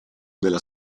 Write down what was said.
della